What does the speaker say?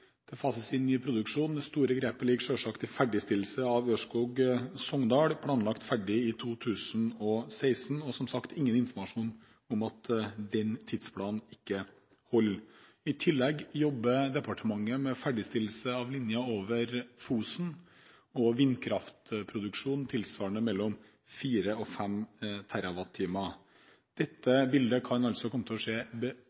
fases inn ny produksjon. Det store grepet ligger selvsagt i ferdigstillelse av Ørskog–Sogndal, planlagt ferdig i 2016, og jeg har som sagt ingen informasjon om at den tidsplanen ikke holder. I tillegg jobber departementet med ferdigstillelse av linjen over Fosen og vindkraftproduksjon tilsvarende mellom 4 og 5 TWh. Dette